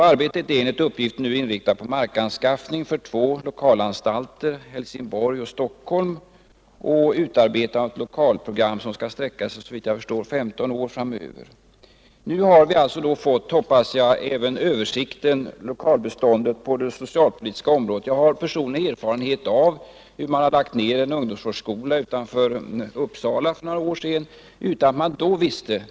Arbetet är enligt uppgift nu inriktat på markanskaffning för två lokalanstalter, i Helsingborg och i Stockholm, och utarbetande av lokal Torsdagen den 241oktober 1974 området. Jag har personlig erfarenhet av att man för några år sedan lade ned en delvis nybyggd ungdomsvårdsskola utanför Uppsala utan att man, program som såvitt jag förstår skall sträcka sig 15 år framöver. Nu hoppas jag att vi även har fått en översikt av lokalbeståndet på det socialpolitiska Ang.